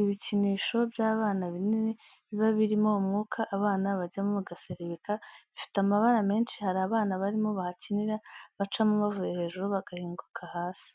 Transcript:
Ibikinisho by'abana binini biba birimo umwuka abana bajyamo bagaserebeka, bifite amabara menshi, hari abana barimo bahakinira, bacamo bavuye hejuru bagahinguka hasi.